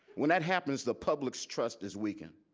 when that happens, the public's trust is weakened.